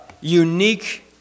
unique